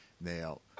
Now